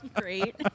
Great